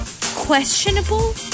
questionable